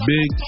Big